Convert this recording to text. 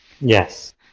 Yes